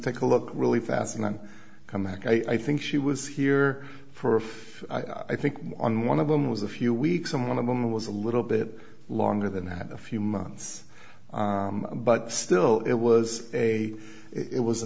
take a look really fast and then come back i think she was here for if i think on one of them was a few weeks and one of them was a little bit longer than that a few months but still it was a it was a